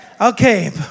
Okay